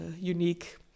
unique